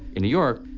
in new york,